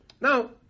Now